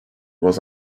was